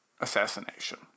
assassination